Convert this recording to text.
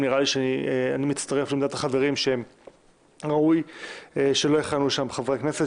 נראה לי שאני מצטרף לעמדת החברים שראוי שלא יכהנו שם חברי כנסת,